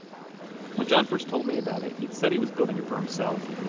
um you know when john first told me about it, he'd said he was building it for himself.